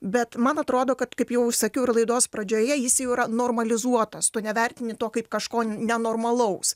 bet man atrodo kad kaip jau sakiau ir laidos pradžioje jis jau yra normalizuotas tu nevertini to kaip kažko nenormalaus